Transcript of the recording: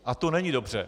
A to není dobře.